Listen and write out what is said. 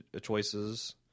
choices